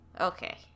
Okay